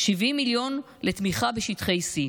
70 מיליון לתמיכה בשטחי C,